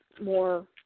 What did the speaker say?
more